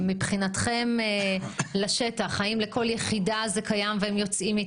דפיברילטורים במקומות ציבוריים והצגת יוזמות לעידוד השימוש בהם.